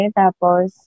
tapos